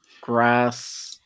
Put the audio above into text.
grass